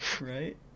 Right